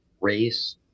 race